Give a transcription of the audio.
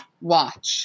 watch